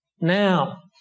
Now